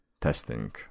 testing